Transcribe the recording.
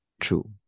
True